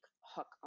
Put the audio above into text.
hook